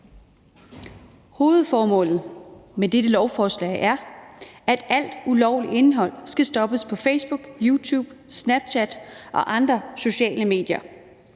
Hovedformålet med dette lovforslag er, at alt ulovligt indhold skal stoppes på Facebook, YouTube, Snapchat og andre sociale medier.